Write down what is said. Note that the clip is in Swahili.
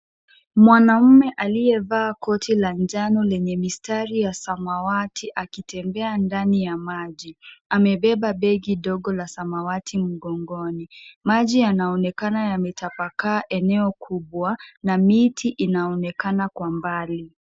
Mwanamme aliyevaa koti la njano lenye mistari ya samawati akitembea ndani ya maji, amebeba begi dogo la samawati mgongoni, maji yanaonekana yametapakaa eneo kubwa na miti yanaonekana kwa mbali.